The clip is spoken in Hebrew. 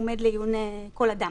והוא עומד לעיון כל אדם.